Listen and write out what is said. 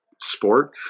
sport